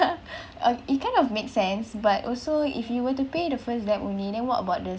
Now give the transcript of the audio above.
uh it kind of makes sense but also if you were to pay the first debt only then what about the